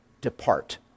depart